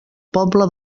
poble